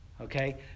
Okay